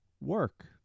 work